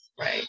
right